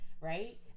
Right